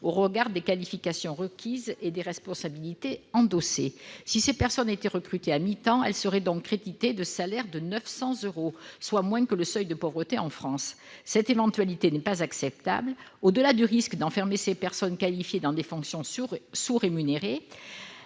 au regard des qualifications requises et des responsabilités endossées. Si ces personnes étaient recrutées à mi-temps, elles percevraient un salaire de 900 euros, ce qui les placerait sous le seuil de pauvreté défini en France. Cette éventualité n'est pas acceptable. Au-delà du risque d'enfermer ces personnes qualifiées dans des fonctions sous-rémunérées,